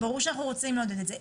ברור שאנחנו רוחצים לעודד את זה.